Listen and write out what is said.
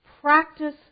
practice